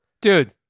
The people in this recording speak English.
Dude